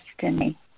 destiny